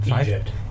Egypt